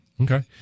Okay